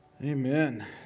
Amen